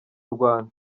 urwanda